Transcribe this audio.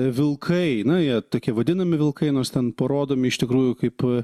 vilkai na jie tokie vadinami vilkai nors ten parodomi iš tikrųjų kaip